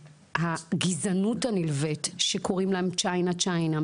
הגזענות הנלווית שקוראים להם צ'יינה צ'יינה,